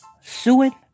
suing